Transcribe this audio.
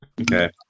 Okay